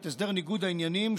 הסדר ניגוד העניינים,